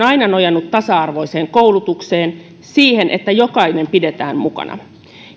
aina nojannut tasa arvoiseen koulutukseen siihen että jokainen pidetään mukana